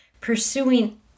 pursuing